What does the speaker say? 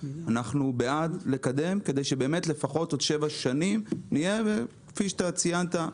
בעד קידום כדי שלפחות עוד שבע שנים נהיה כפי שציינת.